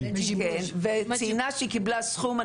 היא ציינה שהיא קיבלה סכום ענק,